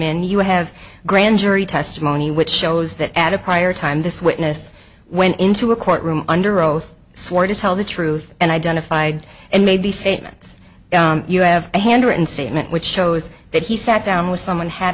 in you have grand jury testimony which shows that at a prior time this witness went into a courtroom under oath swore to tell the truth and identified and made these statements you have a handwritten statement which shows that he sat down with someone had